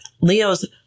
Leo's